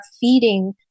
feeding